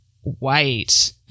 white